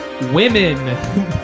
women